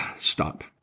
stop